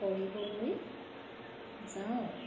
কৰিবলৈ যাওঁ